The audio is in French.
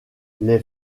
les